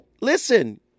Listen